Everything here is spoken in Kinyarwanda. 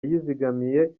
yizigamiye